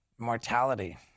Mortality